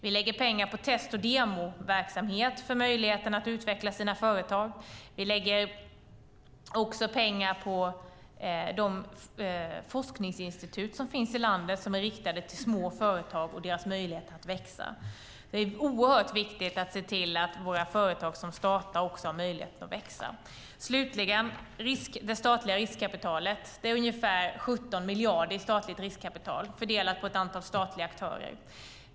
Vi lägger pengar på test och demoverksamhet, för möjligheten att utveckla företag. Vi lägger också pengar på de forskningsinstitut som finns i landet som är riktade till små företag och deras möjlighet att växa. Det är oerhört viktigt att se till att nystartade företag har möjlighet att växa. Slutligen har vi frågan om det statliga riskkapitalet. Det är ungefär 17 miljarder i statligt riskkapital, fördelat på ett antal statliga aktörer.